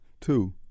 Two